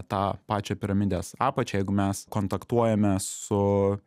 tą pačią piramidės apačią jeigu mes kontaktuojame su